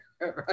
right